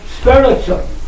spiritual